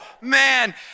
man